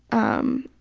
um.